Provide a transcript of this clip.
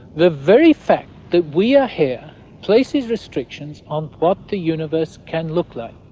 the very fact that we are here places restrictions on what the universe can look like.